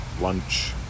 Lunch